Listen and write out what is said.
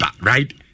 right